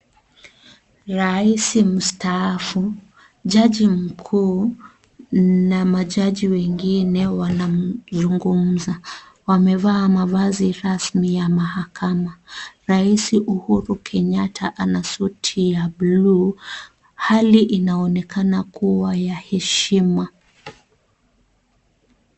Raisi mstaafu, jaji mkuu na majaji wengine wanazungumza, wamevaa mavazi rasmi ya mahakama, raisi Uhuru Kenyatta ana suti ya bluu, hali inaonekana kuwa ya heshima.